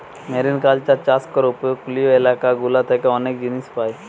mariculture চাষ করে উপকূলীয় এলাকা গুলা থেকে অনেক জিনিস পায়